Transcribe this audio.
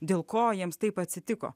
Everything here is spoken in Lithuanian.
dėl ko jiems taip atsitiko